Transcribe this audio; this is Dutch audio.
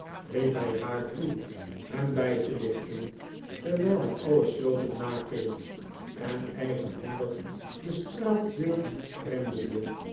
riep hij haar toe hem bij te lichten terwijl hij alle sloten nakeek en eigenhandig de straatdeur grendelde